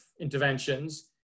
interventions